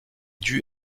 due